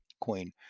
queen